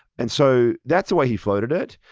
and so that's the way he floated it.